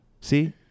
See